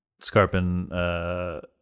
Scarpin